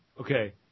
Okay